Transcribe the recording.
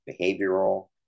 behavioral